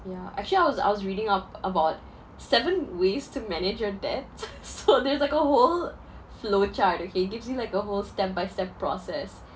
yeah actually I was I was reading up about seven ways to manage your debts so there's like a whole flow chart okay it gives you like a whole step by step process